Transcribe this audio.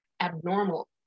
abnormal